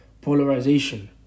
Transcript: polarization